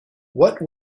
what